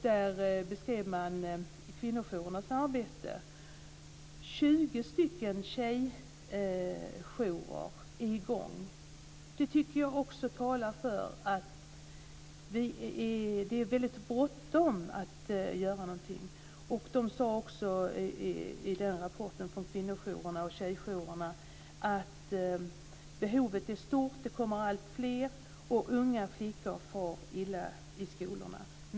Där beskrev man kvinnojourernas arbete. 20 stycken tjejjourer är i gång. Det tycker jag talar för att det är väldigt bråttom att göra någonting. I rapporten från kvinnojourerna och tjejjourerna sades också att behovet är stort. Det kommer alltfler. Unga flickor far illa i skolorna.